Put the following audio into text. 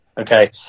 Okay